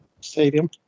stadium